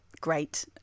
great